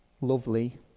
lovely